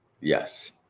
Yes